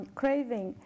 craving